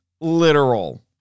literal